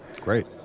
Great